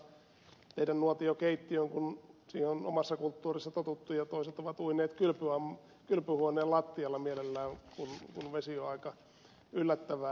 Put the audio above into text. toisilla on ollut tapana tehdä nuotio keittiöön kun siihen on omassa kulttuurissa totuttu ja toiset ovat uineet kylpyhuoneen lattialla mielellään kun vesi on aika yllättävää